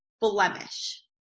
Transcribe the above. blemish